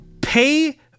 pay